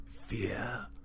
fear